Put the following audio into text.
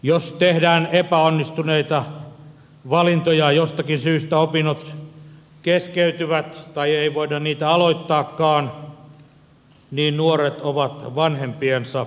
jos tehdään epäonnistuneita valintoja jostakin syystä opinnot keskeytyvät tai ei voida niitä aloittaakaan niin nuoret ovat vanhempiensa kukkarolla